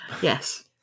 Yes